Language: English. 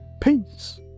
Peace